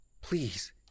Please